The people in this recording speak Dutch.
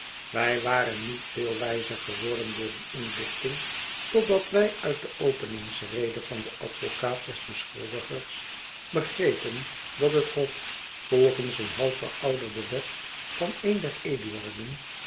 wij waren niet veel wijzer geworden door die inlichting totdat wij uit de openingsrede van den advocaat des beschuldigers begrepen dat het hof volgens een half verouderde wet van een der